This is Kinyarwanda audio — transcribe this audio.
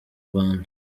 rwanda